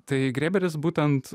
tai grėberis būtent